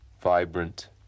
vibrant